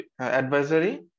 advisory